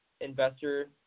investor